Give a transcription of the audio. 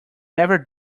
never